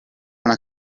una